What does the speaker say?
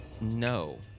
no